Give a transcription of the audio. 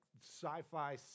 sci-fi